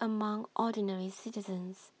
among ordinary citizens